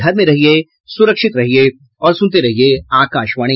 घर में रहिये सुरक्षित रहिये और सुनते रहिये आकाशवाणी